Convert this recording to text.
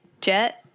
Jet